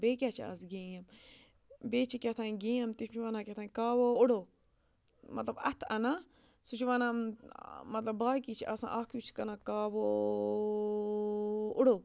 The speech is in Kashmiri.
بیٚیہِ کیٛاہ چھِ آز گیم بیٚیہِ چھِ کیٛاہ تھام گیم تِم چھِ وَنان کیٛاہ تھام کاوو اُڑو مطلب اَتھٕ اَنان سُہ چھِ وَنان مطلب باقٕے چھِ آسان اَکھ یُس چھُکھ وَنان کاوو اُڑو